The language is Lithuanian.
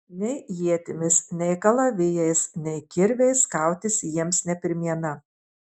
nei ietimis nei kalavijais nei kirviais kautis jiems ne pirmiena